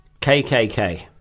KKK